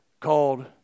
called